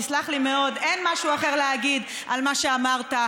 תסלח לי מאוד, אין משהו אחר להגיד על מה שאמרת.